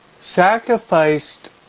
sacrificed